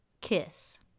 kiss